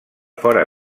fora